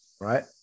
right